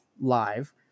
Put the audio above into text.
Live